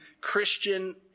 Christian